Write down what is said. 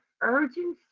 urgency